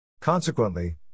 Consequently